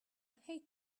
hate